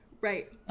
Right